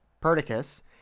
Perdiccas